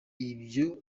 ibyo